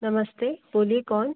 नमस्ते बोलिए कौन